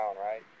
right